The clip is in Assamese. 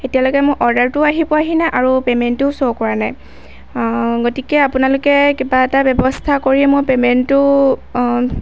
এতিয়ালৈকে মোৰ অৰ্ডাৰটো আহি পোৱাহি নাই আৰু পেমেণ্টটোও শ্ব' কৰা নাই গতিকে আপোনালোকে কিবা এটা ব্যৱস্থা কৰি মোৰ পেমেণ্টটো